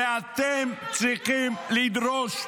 ואתם צריכים לדרוש,